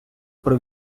про